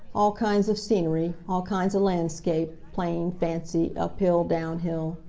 all kinds of scenery all kinds of lan'scape plain fancy uphill downhill